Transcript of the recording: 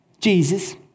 Jesus